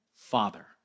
father